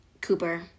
Cooper